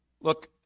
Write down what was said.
Look